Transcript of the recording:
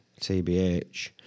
TBH